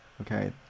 Okay